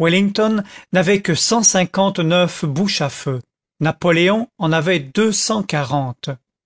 wellington n'avait que cent cinquante-neuf bouches à feu napoléon en avait